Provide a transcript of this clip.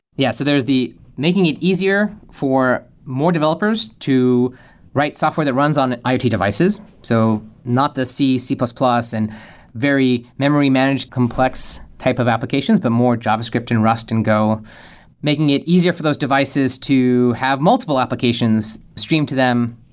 yeah. so there's the making it easier for more developers to write software that runs on iot devices. so not the c, c plus plus and very memory managed complex type of applications, but more javascript and rust and go making it easier for those devices to have multiple applications streamed to them.